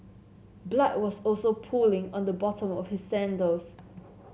blood was also pooling on the bottom of his sandals